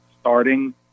starting